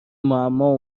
معما